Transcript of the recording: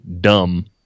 dumb